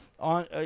on